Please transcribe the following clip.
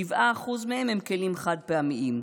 7% מהם הם כלים חד-פעמיים,